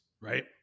right